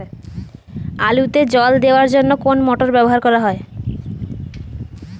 আলুতে জল দেওয়ার জন্য কি মোটর ব্যবহার করা যায়?